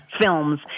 films